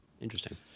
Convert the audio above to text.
Interesting